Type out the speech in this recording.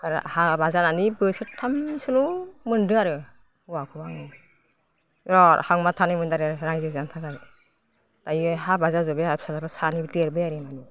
आरो हाबा जानानै बोसोरथामसोल' मोनदों आरो हौवाखौ आं बिराद हांमा थानाय मोनदों आरो रायजो जानो थाखाय दायो हाबा जाजोबबाय आंहा फिसालाफ्रा सानैबो देरबाय आरो आंनिया